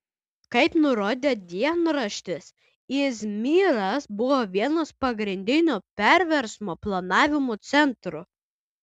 kaip nurodė dienraštis izmyras buvo vienas pagrindinių perversmo planavimo centrų